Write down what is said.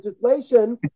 Legislation